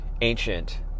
ancient